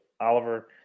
Oliver